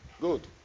Good